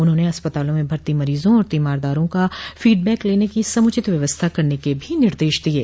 उन्होंने अस्पतालों में भर्ती मरीजों और तीमारदारों का फीडबैक लेने की समूचित व्यवस्था करने के भी निर्देश दिये